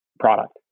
product